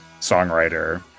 songwriter